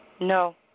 No